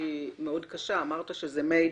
שזה מיידוף.